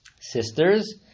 sisters